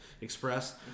Express